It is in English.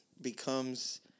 becomes